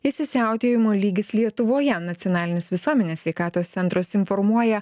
įsisiautėjimo lygis lietuvoje nacionalinis visuomenės sveikatos centras informuoja